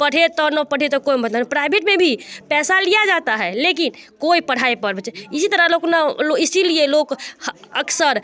पढ़े तो ना पढ़े तो कोई मतलब नहीं प्राइवेट में भी पैसा लिया जाता है लेकिन कोई पढ़ाई इसी तरह लोग ना इसी लिए लोग अक्सर